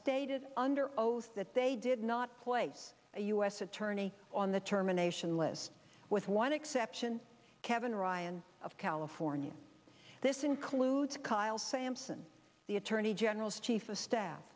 stated under oath that they did not place a u s attorney on the terminations list with one exception kevin ryan of california this includes kyle sampson the attorney general's chief of staff